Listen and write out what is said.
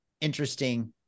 interesting